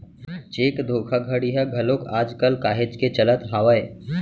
cheque धोखाघड़ी ह घलोक आज कल काहेच के चलत हावय